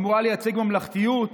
אמורה לייצג ממלכתיות.